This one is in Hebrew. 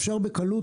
אפשר בקלות